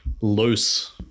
loose